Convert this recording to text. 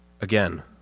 Again